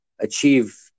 achieve